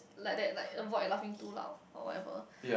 like that like avoid laughing too loud or whatever